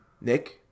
Nick